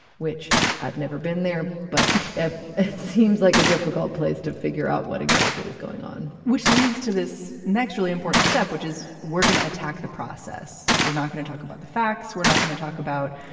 which i've never been there. but it seems like a difficult place to figure out what exactly is going on, which leads to this next really important step, which is we're going to attack the process. we're not going to talk about the facts. we're not going to talk about,